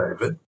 David